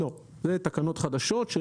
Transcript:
לא, זה תקנות חדשות.